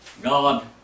God